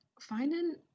finding